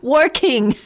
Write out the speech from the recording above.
Working